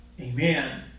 Amen